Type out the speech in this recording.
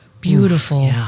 beautiful